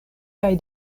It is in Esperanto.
kaj